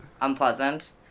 unpleasant